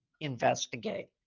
investigate